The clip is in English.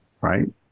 right